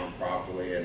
properly